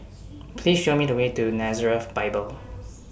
Please Show Me The Way to Nazareth Bible